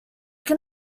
can